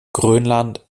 grönland